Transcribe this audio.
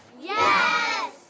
Yes